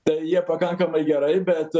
tai jie pakankamai gerai bet